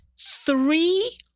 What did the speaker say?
three